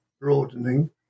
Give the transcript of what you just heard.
broadening